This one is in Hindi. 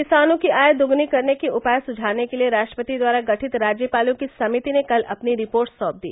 किसानों की आय दोगुनी करने के उपाय सुझाने के लिए राष्ट्रपति द्वारा गठित राज्यपालों की समिति ने कल अपनी रिपोर्ट साँप दी